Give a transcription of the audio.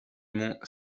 mont